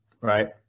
right